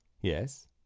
Yes